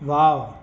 wow